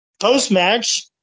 Post-match